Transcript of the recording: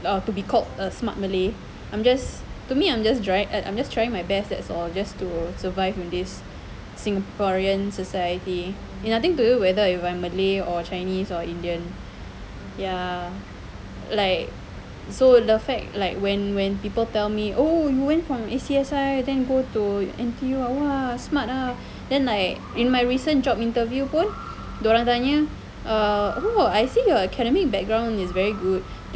to be called a smart malay I'm just to me I'm just right I'm just trying my best that's all to survive in this singaporean society and I think to you whether you are malay or chinese or indian ya like so the fact like when when people tell me oh you went from A_C_S_I then go to N_T_U !wah! smart ah then in my recent job interview pun dorang tanya oh I think your academic background is very good